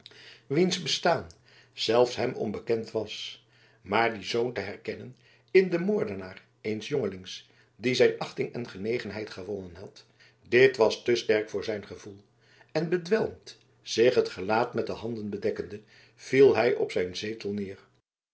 wiens bestaan zelfs hem onbekend was maar dien zoon te herkennen in den moordenaar eens jongelings die zijn achting en genegenheid gewonnen had dit was te sterk voor zijn gevoel en bedwelmd zich het gelaat met de handen bedekkende viel hij op zijn zetel neer